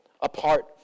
apart